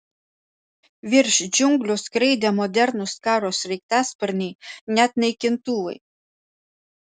virš džiunglių skraidė modernūs karo sraigtasparniai net naikintuvai